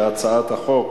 ההצעה להעביר את הצעת חוק